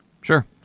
Sure